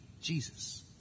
Jesus